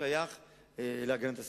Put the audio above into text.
ששייך למשרד הגנת הסביבה.